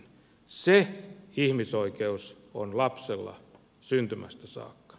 se ihmisoikeus on lapsella syntymästä saakka